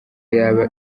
yaba